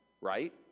right